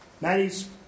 Maddie's